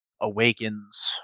Awakens